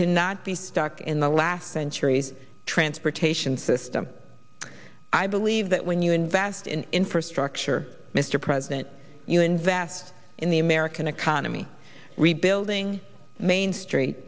cannot be stuck in the last century's transportation system i believe that when you invest in infrastructure mr president you invest in the american economy rebuilding mainstreet